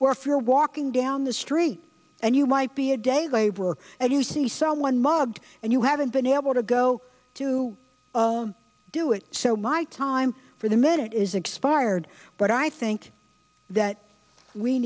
where if you're walking down the street and you might be a day laborer and you see someone mugged and you haven't been able to go to do it so my time for the minute is expired but i think that we